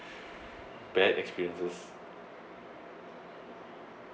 bad experiences